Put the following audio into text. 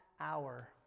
hour